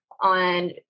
On